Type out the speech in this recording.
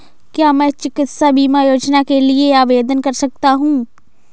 क्या मैं चिकित्सा बीमा योजना के लिए आवेदन कर सकता हूँ?